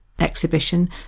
exhibition